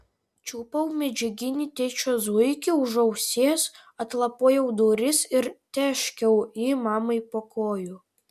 čiupau medžiaginį tėčio zuikį už ausies atlapojau duris ir tėškiau jį mamai po kojų